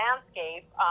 landscape